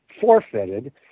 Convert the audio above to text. forfeited